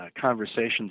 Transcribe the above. conversations